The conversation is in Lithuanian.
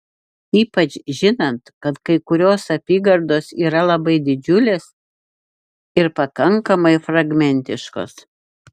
ypač žinant kad kai kurios apygardos yra labai didžiulės ir pakankamai fragmentiškos